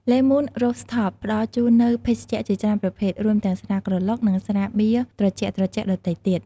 លេ មូន រូហ្វថប (Le Moon Rooftop) ផ្ដល់ជូននូវភេសជ្ជៈជាច្រើនប្រភេទ រួមទាំងស្រាក្រឡុក និងស្រាបៀរត្រជាក់ៗដទៃទៀត។